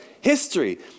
History